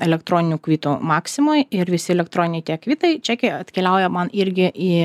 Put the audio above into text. elektroninių kvitų maksimoj ir visi elektroniniai tie kvitai čekiai atkeliauja man irgi į